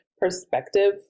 perspective